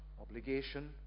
Obligation